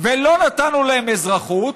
ולא נתנו להם אזרחות,